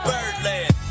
Birdland